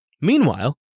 Meanwhile